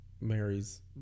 Mary's